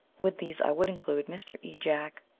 with these i would include mr. e. jack,